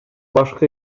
башкы